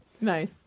Nice